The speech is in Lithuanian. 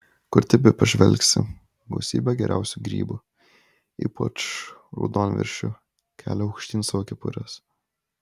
kur tik bepažvelgsi gausybė geriausių grybų ypač raudonviršių kelia aukštyn savo kepures